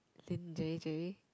Lin-J-J